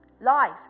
Life